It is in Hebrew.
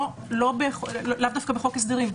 לאו דווקא בחוק הסדרים.